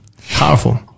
Powerful